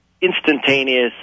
instantaneous